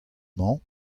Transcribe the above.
mañ